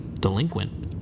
delinquent